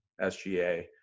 SGA